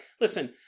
Listen